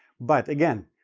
but again,